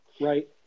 right